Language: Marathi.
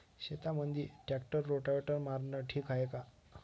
शेतामंदी ट्रॅक्टर रोटावेटर मारनं ठीक हाये का?